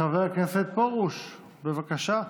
חבר הכנסת פרוש, בבקשה.